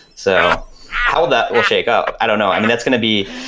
so how that will shake out? i don't know. i mean, that's going to be,